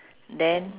then